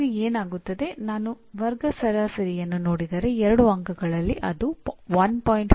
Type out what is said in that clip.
ಹಾಗಾಗಿ ಏನಾಗುತ್ತದೆ ನಾನು ವರ್ಗ ಸರಾಸರಿಯನ್ನು ನೋಡಿದರೆ 2 ಅಂಕಗಳಲ್ಲಿ ಅದು 1